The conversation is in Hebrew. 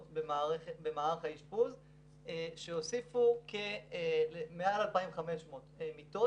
במערך האשפוז שהוסיפו מעל 2,500 מיטות.